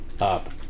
up